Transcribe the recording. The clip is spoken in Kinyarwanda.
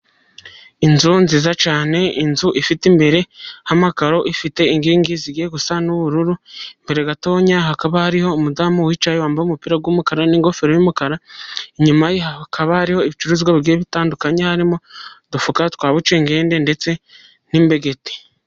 Inzu nziza cyane, inzu ifite imbere hariho amakaro, ifite inkingi zigiye gusa n'ubururu, imbere gatoya hakaba hariho umudamu wicaye, aho yambaye umupira w'umukara, n'ingofero y'umukara, inyuma hakaba hariho ibicuruzwa bitandukanye, harimo udufuka twa bucyugende, ndetse n'imbegeti.